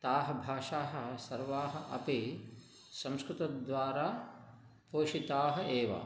ताः भाषाः सर्वाः अपि संस्कृतद्वारा पोषिताः एव